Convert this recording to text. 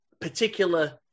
particular